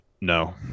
no